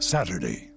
Saturday